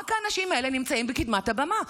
רק האנשים האלה נמצאים בקדמת הבמה,